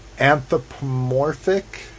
Anthropomorphic